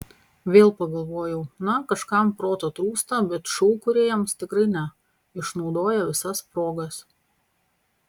vėl pagalvojau na kažkam proto trūksta bet šou kūrėjams tikrai ne išnaudoja visas progas